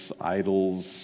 idols